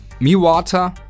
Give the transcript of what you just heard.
MiWater